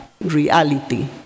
reality